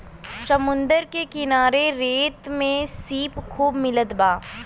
समुंदर के किनारे रेत में सीप खूब मिलत बा